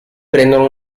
prendono